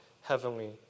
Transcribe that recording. heavenly